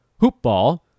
hoopball